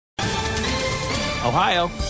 Ohio